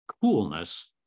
coolness